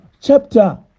chapter